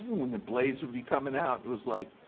and the blades would be coming out it was, like.